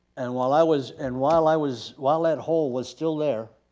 and while i was, and while i was, while that hole was still there,